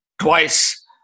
twice